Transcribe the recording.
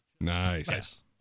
Nice